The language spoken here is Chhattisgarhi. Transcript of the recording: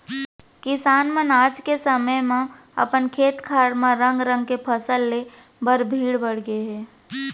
किसान मन आज के समे म अपन खेत खार म रंग रंग के फसल ले बर भीड़ गए हें